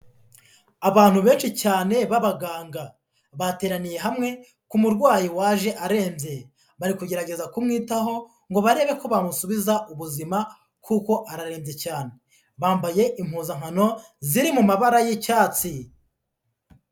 Abantu benshi cyane b'abaganga bateraniye hamwe ku kumurwayi waje arembye, bari kugerageza kumwitaho ngo barebe ko bamusubiza ubuzima kuko ararembye cyane, bambaye impuzankano ziri mu mabara y'icyatsi.